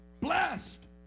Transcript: Blessed